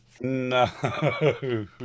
No